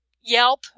Yelp